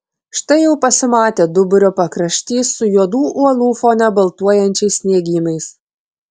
štai jau pasimatė duburio pakraštys su juodų uolų fone baltuojančiais sniegynais